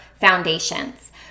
foundations